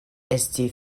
esti